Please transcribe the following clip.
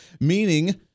meaning